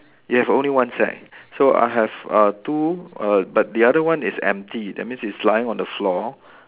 you have only one sack so I have uh two uh but the other one is empty that means it's lying on the floor